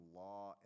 law